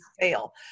fail